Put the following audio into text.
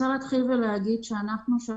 כולנו פה גם הורים לילדים.